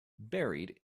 buried